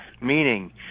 meaning